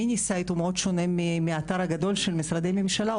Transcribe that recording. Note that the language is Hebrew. המיניסייט הוא מאוד שונה מהאתר הגדול של משרדי ממשלה,